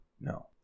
No